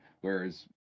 whereas